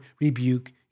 rebuke